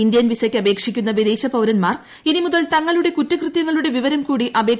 Indian വിസക്ക് അപേക്ഷിക്കുന്ന വിദേശ പൌരന്മാർ ഇനി മുതൽ തങ്ങളുടെ കുറ്റകൃത്യങ്ങളുടെ വിവരം കൂടി അപേക്ഷയിൽ ചേർക്കണം